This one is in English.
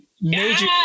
Major